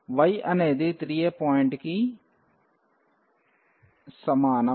y అనేది 3a పాయింట్కి సమానం